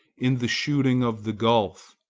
in the shooting of the gulf,